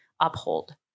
uphold